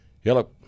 Hello